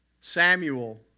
Samuel